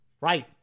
right